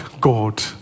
God